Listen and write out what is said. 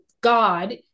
God